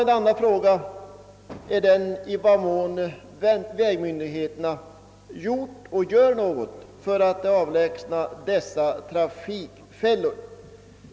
En andra fråga är den i vad mån vägmyndigheterna gjort och gör något för att avlägsna dessa trafikfällor.